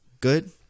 good